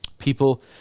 people